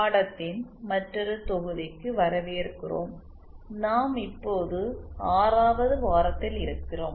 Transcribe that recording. பாடத்தின் மற்றொரு தொகுதிக்கு வரவேற்கிறோம்நாம் இப்போது 6 வது வாரத்தில் இருக்கிறோம்